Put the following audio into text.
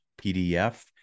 PDF